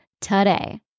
today